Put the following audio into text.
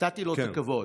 נתתי לו את הכבוד.